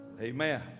Amen